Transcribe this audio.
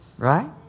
Right